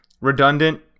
redundant